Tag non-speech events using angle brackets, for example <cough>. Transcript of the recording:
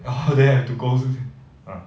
<laughs> they have to go uh